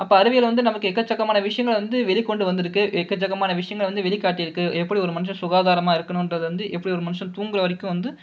அப்போ அறிவியல் வந்து நமக்கு எட்க சக்கமான விஷயங்களை வந்து வெளி கொண்டு வந்திருக்கு ஏக்கச்சக்கமான விஷயங்களை வந்து வெளிக்காட்டிற்கு எப்படி ஒரு மனுஷன் சுகாதாரமாக இருக்கணுண்ரத்தை வந்து எப்படி ஒரு மனுஷன் தூங்குற வரிக்கு வந்து